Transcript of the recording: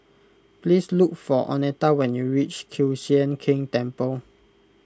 please look for oneta when you reach Kiew Sian King Temple